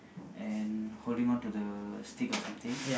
and holding on to the stick or something